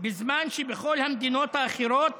בזמן שבכל המדינות האחרות